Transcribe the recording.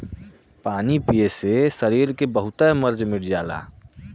पानी पिए से सरीर के बहुते मर्ज मिट जाला